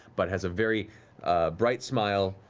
but has a very bright smile,